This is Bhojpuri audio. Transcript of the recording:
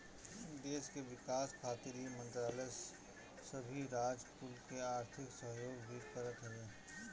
देस के विकास खातिर इ मंत्रालय सबही राज कुल के आर्थिक सहयोग भी करत हवे